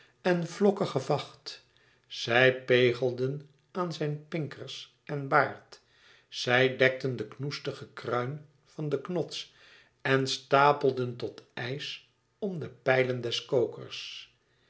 en vlokkige vacht zij pegelden aan zijn pinkers en baard zij dekten den knoestigen kruin van den knots en stapelden tot ijs om de pijlen des kokers